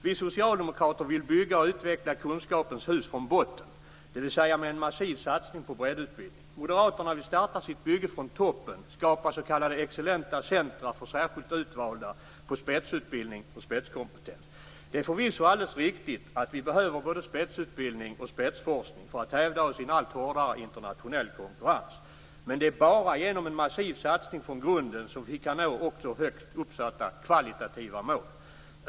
Vi socialdemokrater vill bygga och utveckla kunskapens hus från botten, dvs. med en massiv satsning på breddutbildning. Moderaterna vill starta sitt bygge från toppen, skapa s.k. excellenta centrum för särskilt utvalda, avseende spetsutbildning och spetskompetens. Det är förvisso alldeles riktigt att vi behöver både spetsutbildning och spetsforskning för att hävda oss i en allt hårdare internationell konkurrens. Men det är bara genom en massiv satsning från grunden som vi kan nå också högt uppsatta kvalitativa mål.